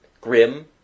grim